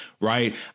right